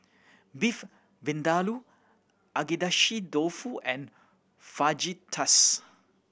Beef Vindaloo Agedashi Dofu and Fajitas